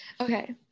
okay